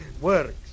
Works